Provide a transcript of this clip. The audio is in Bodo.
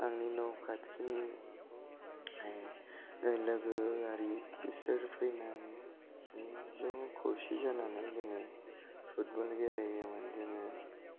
आंनि न खाथिनि बै लोगोआरि बिसोर फैनानै ज' खौसो जानानै जोङो फुटबल गेलेयोमोन जोङो